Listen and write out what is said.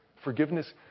forgiveness